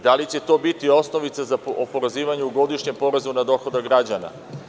Da li će to biti osnovica za oporezivanje godišnjeg poreza na dohodak građana?